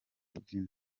kubyina